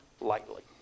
lightly